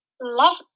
Love